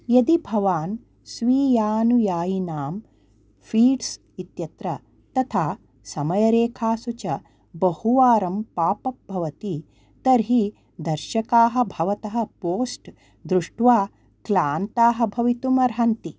यदि भवान् स्वीयानुयायिनां फ़ीड्स् इत्यत्र तथा समयरेखासु च बहुवारं पापप् भवति तर्हि दर्शकाः भवतः पोस्ट् दृष्ट्वा क्लान्ताः भवितुमर्हन्ति